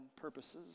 purposes